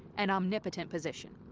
an omnipotent position.